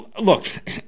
look